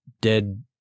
dead